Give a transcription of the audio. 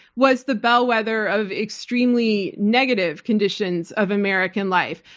was the bellwether of extremely negative conditions of american life,